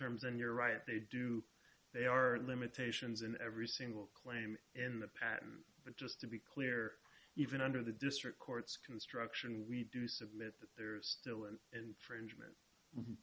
terms and you're right they do they are limitations in every single claim in the patent but just to be clear even under the district court's construction we do submit that there's still an infringement